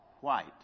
white